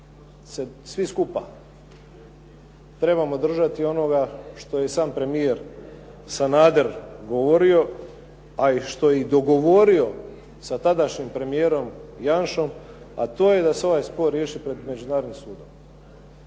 svi skupa trebamo držati onoga što je sam premijer Sanader govorio, a i što je i dogovorio sa tadašnjim premijerom Janšom, a to je da se ovaj spor riješi pred Međunarodnim sudom.